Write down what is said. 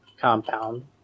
compound